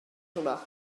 hwnna